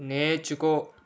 నేర్చుకో